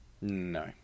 No